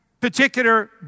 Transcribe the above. particular